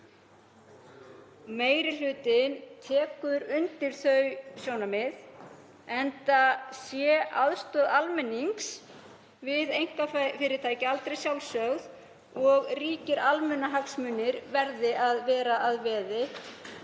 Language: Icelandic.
Meiri hlutinn tekur undir þau sjónarmið, enda sé aðstoð almennings við einkafyrirtæki aldrei sjálfsögð og ríkir almannahagsmunir verði að vera að veði.